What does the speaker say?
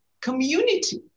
community